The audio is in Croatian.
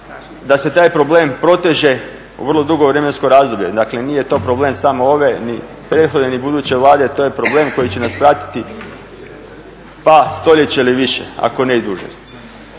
da se taj problem proteže vrlo dugo vremensko razdoblje. Dakle, nije to problem samo ove ni prethodne, ni buduće Vlade to je problem koji će nas pratiti par stoljeća ili više, ako ne i duže.